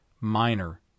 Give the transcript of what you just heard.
minor